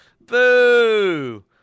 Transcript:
Boo